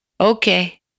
Okay